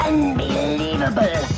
Unbelievable